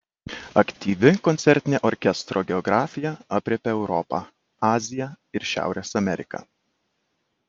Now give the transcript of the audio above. aktyvi koncertinė orkestro geografija aprėpia europą aziją ir šiaurės ameriką